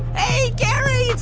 hey, gary, it's